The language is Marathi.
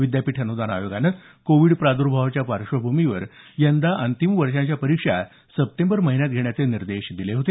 विद्यापीठ अनुदान आयोगानं कोविड प्रादर्भावाच्या पार्श्वभूमीवर यंदा अंतिम वर्षाच्या परीक्षा सप्टेंबर महिन्यात घेण्याचे निर्देश दिले होते